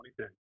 2010